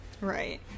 Right